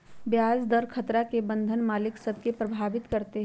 ब्याज दर खतरा बन्धन मालिक सभ के प्रभावित करइत हइ